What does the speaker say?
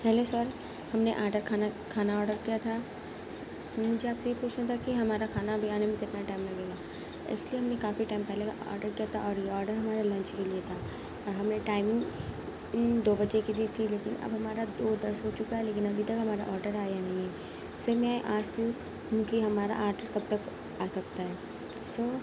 hello sir ہم نے آڈا کھانا کھانا آڈر کیا تھا مجھے آپ سے یہ پوچھنا تھا کہ ہمارا کھانا ابھی آنے میں کتنا ٹائم لگے گا اس لیے ہم نے کافی ٹائم پہلے آڈر کیا تھا اور یہ آڈر ہمارے لنچ کے لیے تھا اور ہم نے ٹائمنگ دو بجے کی دی تھی لیکن اب ہمارا دو دس ہو چکا ہے لیکن ابھی تک ہمارا آڈر آیا نہیں ہے سر میں آج کیو کیوںکہ ہمارا آڈر کب تک آ سکتا ہے سر